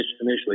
initially